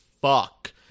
fuck